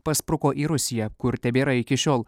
paspruko į rusiją kur tebėra iki šiol